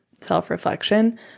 self-reflection